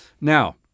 Now